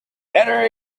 better